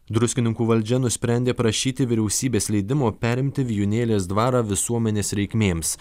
druskininkų valdžia nusprendė prašyti vyriausybės leidimo perimti vijūnėlės dvarą visuomenės reikmėms